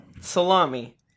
Salami